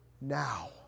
now